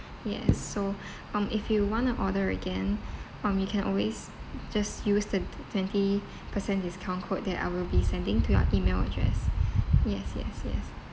yes so um if you want to order again um you can always just use the twenty percent discount code that I will be sending to your email address yes yes yes